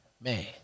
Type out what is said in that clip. Man